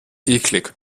eklig